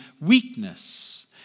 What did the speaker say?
weakness